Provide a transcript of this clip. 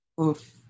Oof